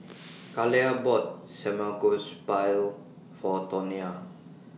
Kaila bought Samgeyopsal For Tonia